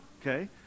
Okay